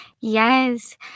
Yes